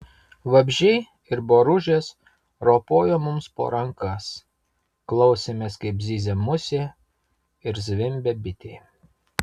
vabzdžiai ir boružės ropojo mums po rankas klausėmės kaip zyzia musė ir zvimbia bitė